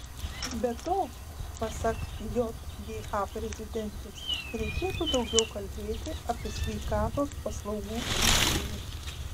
be to pasak jga prezidentės reikėtų daugiau kalbėti apie sveikatos paslaugų įkainius